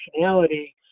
functionality